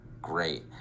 Great